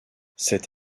cette